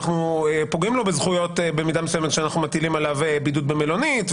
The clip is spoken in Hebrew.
אנו פוגעים לו בזכויות במידה מסוימת כשאנחנו מטילים עליו בידוד במלונית,